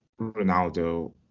Ronaldo